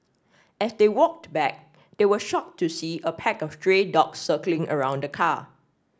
as they walked back they were shocked to see a pack of stray dogs circling around the car